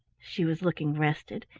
she was looking rested,